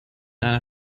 einer